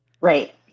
Right